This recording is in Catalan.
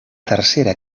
tercera